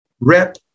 rep